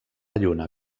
lluna